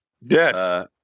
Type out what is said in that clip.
Yes